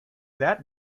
that